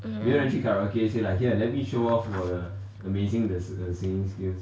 mm